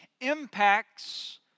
impacts